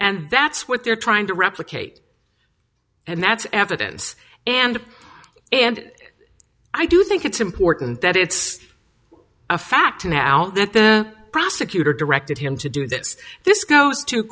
and that's what they're trying to replicate and that's evidence and and i do think it's important that it's a fact now that the prosecutor directed him to do th